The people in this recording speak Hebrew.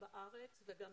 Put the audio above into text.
למה?